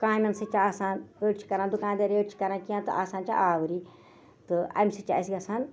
کامین سۭتۍ چھِ آسان أڑۍ چھِ کران دُکان دٲری أڑۍ چھِ کران کیٚنہہ تہٕ آسان چھِ آؤری تہٕ اَمہِ سۭتۍ چھِ اَسہِ گژھان